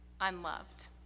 unloved